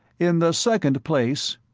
in the second place,